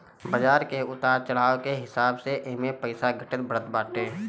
बाजार के उतार चढ़ाव के हिसाब से एमे पईसा घटत बढ़त बाटे